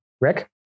Rick